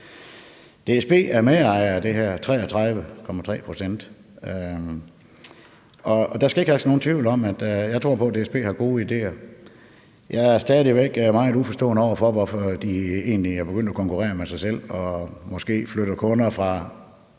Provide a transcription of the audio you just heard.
DSB er medejer af det her med 33,3 pct., og der skal ikke herske nogen tvivl om, at jeg tror på, at DSB har gode idéer. Jeg er stadig væk meget uforstående over for, hvorfor de egentlig er begyndt at konkurrere med sig selv og måske flytter kunder fra